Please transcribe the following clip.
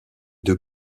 deux